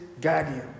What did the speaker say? guardian